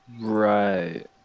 Right